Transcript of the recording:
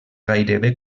gairebé